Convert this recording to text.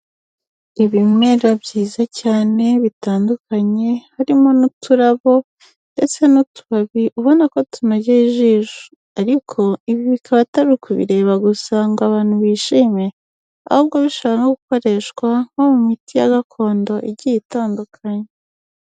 Ibimera byiza cyane, bitandukanye, harimo n'uturabo ndetse n'utubabi ubona ko tunogeye ijisho ariko ibi bikaba atari ukubireba gusa ngo abantu bishime, ahubwo bishobora no gukoreshwa nko mu miti ya gakondo igiye itangakanye.